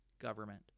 government